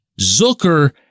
Zucker